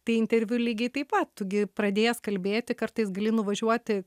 tai interviu lygiai taip pat tu gi pradėjęs kalbėti kartais gali nuvažiuoti